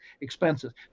expenses